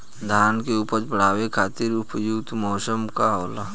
धान के उपज बढ़ावे खातिर उपयुक्त मौसम का होला?